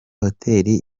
hoteli